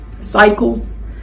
cycles